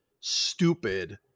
stupid